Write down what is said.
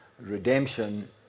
redemption